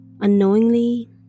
unknowingly